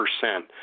percent